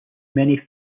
many